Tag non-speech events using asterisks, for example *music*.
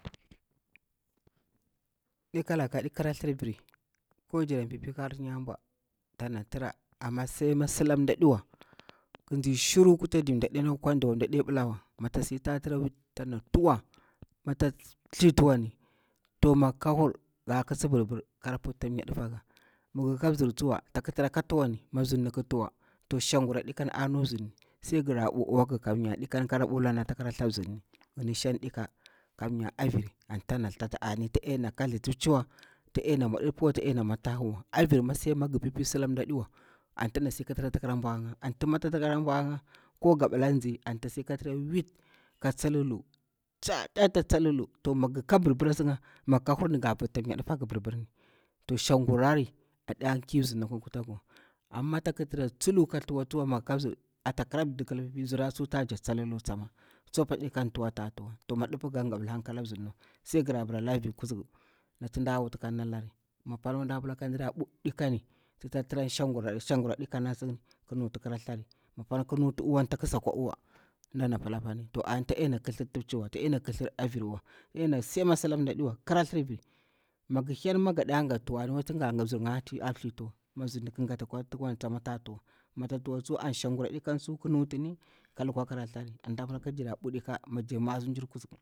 Nɗika laka nɗi kirathir viri ko jiran pipi, ka harti nya bwa tana tirala, amma sai mi sila mji aɗiwa, ƙi ntsi shiru kutadi mɗa ɗiwa, mi tsak si ta tuwa, mi tsak thli tuwani, to nri nginaka hur tig nga kitsi bwbew kara puta ata mya difa nga, mi ngi ko mzir tsuwa, mi mzirin ki tuwa, to shagurari. Nɗiƙam a nu shagara mzirni, sai ngi ra bulu uwanga kamnya nɗikani ƙra uwani ata kratha mzirni, ngini nshang nɗika, ƙamnya aviri anti tana kotha, anni ta nɗena kathi timeiwa, ta nɗena mwa ɗiɗipiwa, tsa nɗena mwa tahiwa, avirma sai mi sila mɗa aɗiwa, anti tana si kata tira ata ƙira ɓwa nga, anti mi ta tira ata kira mbwanga ko nga bila a tsitsi anti ta si ka tira wuit ko tsa lulu, tsatsa tsa mlu, to ngini ko birbir a tsir nga mi ngi ka hur ni, nga puta mnya ɗifa nga birbirni, to shangurari aɗiya kiy mzir niwa a kwa kuta ngi wa, amma ta tak tira tsulu ka tuwani, mi ngi ka mzir, ma nɗika tuwa anti tsa tuwo tsama nga gabila hankala mzioniwa sai girra bara lar kuzuku akwa vir ku zukunati nɗa wut kan ndari, ma apanwa nɗa pira kan na ɓu nɗikani, kamnya shagwa ndikeni ki nuti shagwa ri, mi apanwa ki nuti uwani ka kuli kan ɓu uwani. A adikani, taɗe na kathli timaiwa san mi aviri saka nati sila mɗa aɗiwa, saka laka ma nga gati tuwani wa, sai ni mzirma kuwa tuwa, to ani nɗikam ki lukwa krarar tharri. *unintelligible*